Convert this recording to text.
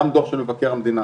גם דוח של מבקר המדינה,